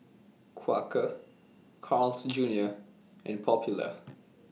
Quaker Carl's Junior and Popular